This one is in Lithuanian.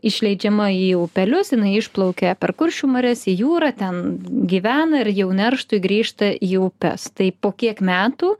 išleidžiama į upelius jinai išplaukia per kuršių marias į jūrą ten gyvena ir jau nerštui grįžta į upes tai po kiek metų